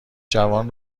جوان